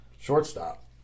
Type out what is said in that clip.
shortstop